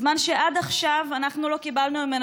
בזמן שעד עכשיו אנחנו לא קיבלנו ממנה